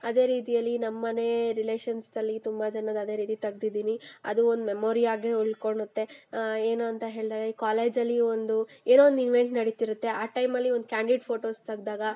ಅದೇ ರೀತಿಯಲ್ಲಿ ನಮ್ಮನೆ ರಿಲೇಶನ್ಸ್ದಲ್ಲಿ ತುಂಬ ಜನದ್ದು ಅದೇ ರೀತಿ ತೆಗೆದಿದ್ದೀನಿ ಅದೂ ಒಂದು ಮೆಮೋರಿ ಆಗೇ ಉಳ್ಕೊಳ್ಳುತ್ತೆ ಏನು ಅಂತ ಹೇಳಿದಾಗ ಈ ಕಾಲೇಜಲ್ಲಿ ಒಂದು ಏನೋ ಒಂದು ಈವೆಂಟ್ ನಡೀತಿರುತ್ತೆ ಆ ಟೈಮಲ್ಲಿ ಒಂದು ಕ್ಯಾಂಡೀಡ್ ಫೋಟೋಸ್ ತೆಗೆದಾಗ